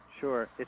Sure